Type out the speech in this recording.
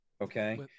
okay